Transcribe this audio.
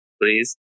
please